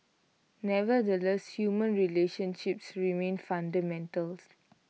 nevertheless human relationships remain fundamentals